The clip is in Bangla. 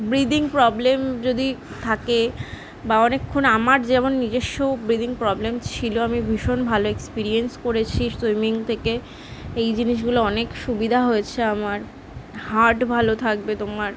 ব্রিদিং প্রব্লেম যদি থাকে বা আমার যেমন নিজেস্ব ব্রিদিং প্রবলেম ছিলো আমি ভীষণ ভালো এক্সপিরিয়েন্স করেছি সুইমিং থেকে এই জিনিসগুলো অনেক সুবিধা হয়েছে আমার হার্ট ভালো থাকবে তোমার